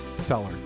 Seller